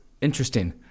interesting